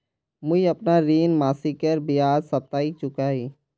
मुईअपना ऋण मासिकेर बजाय साप्ताहिक चुका ही